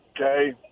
okay